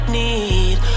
need